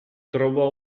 trovò